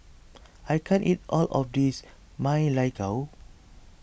I can't eat all of this Ma Lai Gao